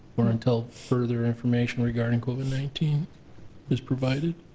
or until further information regarding covid nineteen is provided?